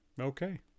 Okay